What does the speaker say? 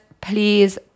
please